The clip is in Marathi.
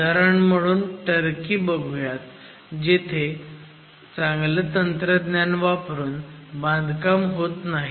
उदाहरण म्हणून टर्की बघुयात जिथे चांगलं तंत्रज्ञान वापरून बांधकाम होत नाही